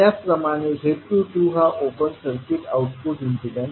त्याचप्रमाणे z22 हा open circuit output impedance आहे